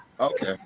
Okay